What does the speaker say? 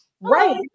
Right